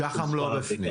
שח"מ לא בפנים.